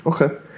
okay